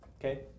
Okay